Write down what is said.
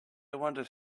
wondered